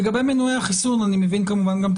לגבי מנועי החיסון אני מבין כמובן גם את